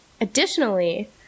Additionally